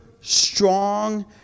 strong